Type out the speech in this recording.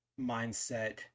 mindset